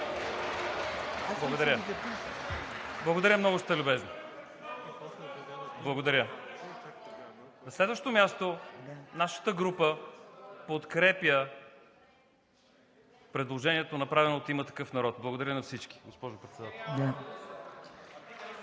Благодаря. Благодаря, много сте любезни! На следващо място, нашата група подкрепя предложението, направено от „Има такъв народ“. Благодаря на всички. Госпожо Председател!